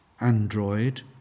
Android